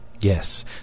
Yes